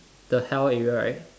the hell area right